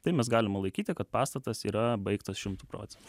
tai mes galime laikyti kad pastatas yra baigtas šimtu procentų